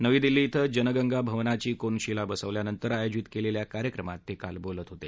नवी दिल्ली इथं जनगंगा भवनाची कोनशिला बसवल्यानंतर आयोजित केलेल्या कार्यक्रमात ते काल बोलत होते